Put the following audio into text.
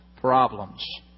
problems